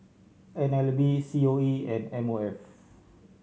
N L B C O E and M O F